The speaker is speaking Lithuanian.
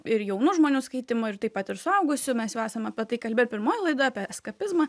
ir jaunų žmonių skaitymo ir taip pat ir suaugusių mes jau esam apie tai kalbėję pirmoj laidoj apie eskapizmą